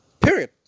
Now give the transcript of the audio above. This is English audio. period